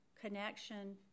connection